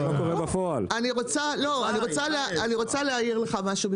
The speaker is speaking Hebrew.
אני רוצה להעיר לך משהו,